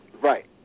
Right